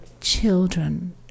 children